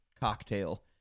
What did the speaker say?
cocktail